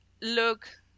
look